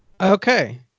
okay